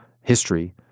history